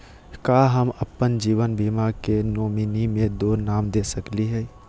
का हम अप्पन जीवन बीमा के नॉमिनी में दो नाम दे सकली हई?